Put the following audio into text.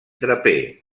draper